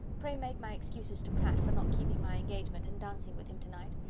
pray make my excuses to pratt for not keeping my engagement, and dancing with him to-night.